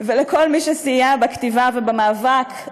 ולכל מי שסייע בכתיבה ובמאבק,